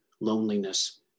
loneliness